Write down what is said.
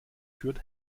führt